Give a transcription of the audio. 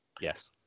Yes